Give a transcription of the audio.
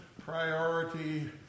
priority